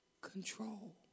control